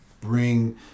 bring